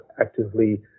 actively